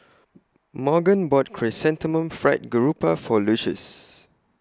Morgan bought Chrysanthemum Fried Garoupa For Lucius